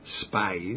spies